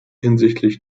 hinsichtlich